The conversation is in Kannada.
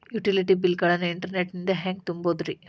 ಯುಟಿಲಿಟಿ ಬಿಲ್ ಗಳನ್ನ ಇಂಟರ್ನೆಟ್ ನಿಂದ ಹೆಂಗ್ ತುಂಬೋದುರಿ?